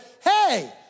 hey